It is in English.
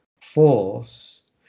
force